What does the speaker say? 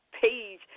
page